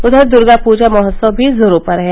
उधर द्र्गा पूजा महोत्सव भी जोरो पर है